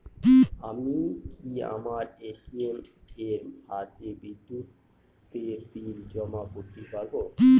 আমি কি আমার এ.টি.এম এর সাহায্যে বিদ্যুতের বিল জমা করতে পারব?